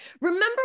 remember